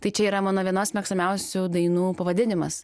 tai čia yra mano vienos mėgstamiausių dainų pavadinimas